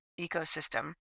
ecosystem